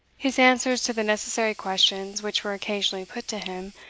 his answers to the necessary questions which were occasionally put to him,